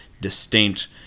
distinct